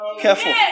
Careful